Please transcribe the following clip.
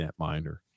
netminder